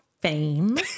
fame